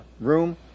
room